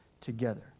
together